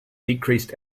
decreased